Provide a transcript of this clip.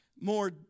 more